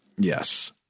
Yes